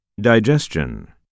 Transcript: Digestion